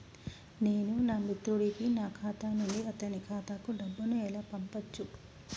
నేను నా మిత్రుడి కి నా ఖాతా నుండి అతని ఖాతా కు డబ్బు ను ఎలా పంపచ్చు?